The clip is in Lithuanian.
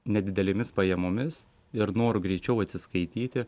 nedidelėmis pajamomis ir noru greičiau atsiskaityti